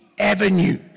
avenue